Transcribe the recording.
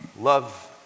Love